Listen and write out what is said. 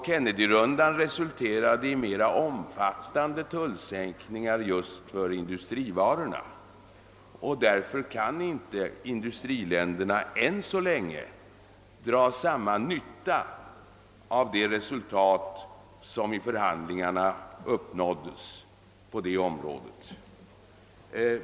Kennedyronden resulterade i mera omfattande tullsänkningar just på industrivarorna, och därför kan inte u-länderna än så länge dra samma nytta av det resultat som i förhandlingarna uppnåddes på detta område.